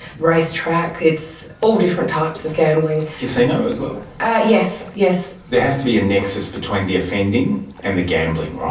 racetrack, it's all different types of gambling. casino as well yes, yes. there has to be a nexus between the offending and the gambling,